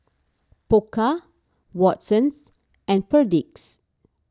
Pokka Watsons and Perdix